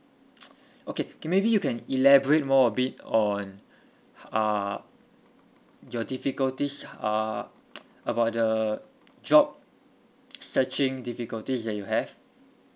okay okay maybe you can elaborate more a bit on how err your difficulties h~ err about the job searching difficulties that you have